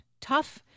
tough